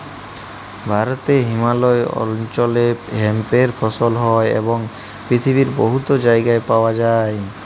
ভারতে হিমালয় অল্চলে হেম্পের ফসল হ্যয় এবং পিথিবীর বহুত জায়গায় পাউয়া যায়